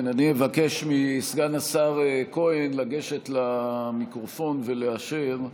כן, אני אבקש מסגן השר כהן לגשת למיקרופון ולאשר,